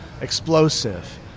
explosive